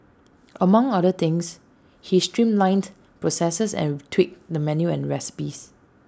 among other things he streamlined processes and tweaked the menu and recipes